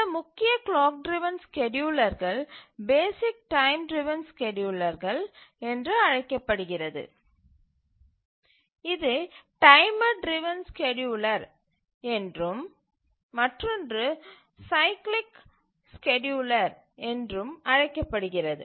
சில முக்கிய clock driven ஸ்கேட்யூலர்கள் பேசிக் டைம் டிரவன் ஸ்கேட்யூலர்கள் என்று அழைக்கப்படுகிறது இது டைமர் டிரவன் ஸ்கேட்யூலர் என்றும் மற்றொன்று சைக்கிளிக் ஸ்கேட்யூலர் என்றும் அழைக்கப்படுகிறது